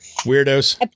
Weirdos